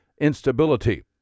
instability